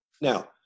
Now